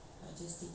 mm